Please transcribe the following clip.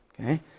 okay